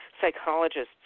psychologists